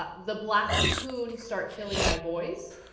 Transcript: ah the black coon start killing my boys.